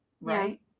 Right